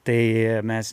tai mes